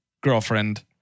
girlfriend